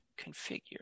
Configure